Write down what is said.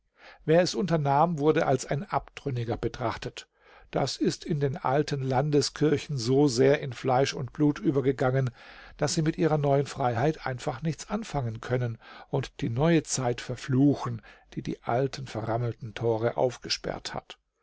wer es unternahm wurde als ein abtrünniger betrachtet das ist den alten landeskirchen so sehr in fleisch und blut übergegangen daß sie mit ihrer neuen freiheit einfach nichts anfangen können und die neue zeit verfluchen die die alten verrammelten tore aufgesperrt hat